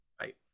Right